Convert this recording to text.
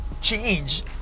change